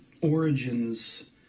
origins